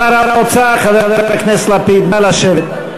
שר האוצר, חבר הכנסת לפיד, נא לשבת.